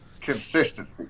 Consistency